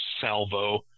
salvo